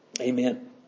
Amen